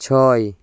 ছয়